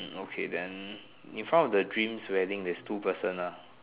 hmm okay then in front of the dreams wedding there's two person ah